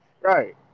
Right